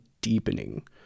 deepening